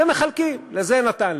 ומחלקים: לזה נתן,